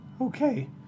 Okay